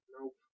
Nope